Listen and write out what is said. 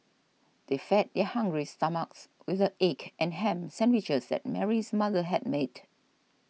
they fed their hungry stomachs with the egg and ham sandwiches that Mary's mother had made